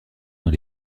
dans